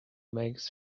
makes